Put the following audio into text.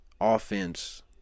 offense